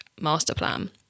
masterplan